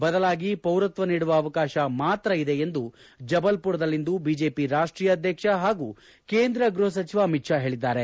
ಬದಲಾಗಿ ಪೌರತ್ವ ನೀಡುವ ಅವಕಾಶ ಮಾತ್ರ ಇದೆ ಎಂದು ಜಬಲ್ಲುರದಲ್ಲಿಂದು ಬಿಜೆಪಿ ರಾಷ್ಟೀಯ ಅಧ್ವಕ್ಷ ಹಾಗೂ ಕೇಂದ್ರ ಗೃಹ ಸಚಿವ ಅಮಿತ್ ಶಾ ಹೇಳದ್ದಾರೆ